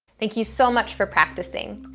thank you so much for practicing.